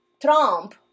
Trump